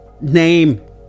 name